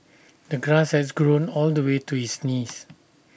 the grass has grown all the way to his knees